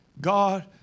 God